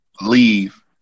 leave